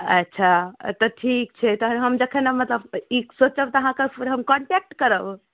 अच्छा तऽ ठीक छै तहन जखन हम ई सोचब तऽ अहाँके फेर हम कॉन्टैक्ट करब